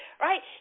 Right